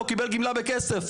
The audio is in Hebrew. הוא קיבל גמלה בכסף.